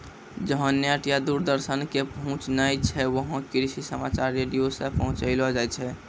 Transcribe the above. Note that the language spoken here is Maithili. जहां नेट या दूरदर्शन के पहुंच नाय छै वहां कृषि समाचार रेडियो सॅ पहुंचैलो जाय छै